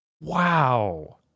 wow